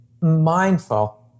mindful